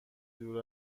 دور